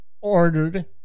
ordered